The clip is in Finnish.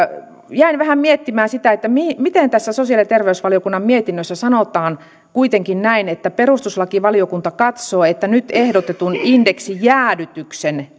jäin vähän miettimään sitä miten miten tässä sosiaali ja terveysvaliokunnan mietinnössä sanotaan kuitenkin näin että perustuslakivaliokunta katsoo että nyt ehdotetun indeksijäädytyksen